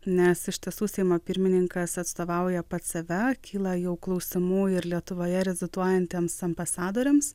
nes iš tiesų seimo pirmininkas atstovauja pats save kyla jau klausimų ir lietuvoje reziduojantiems ambasadoriams